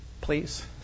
Please